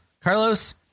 carlos